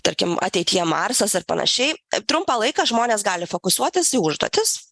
tarkim ateityje marsas ar panašiai trumpą laiką žmonės gali fokusuoti į užduotis